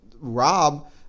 Rob